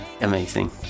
amazing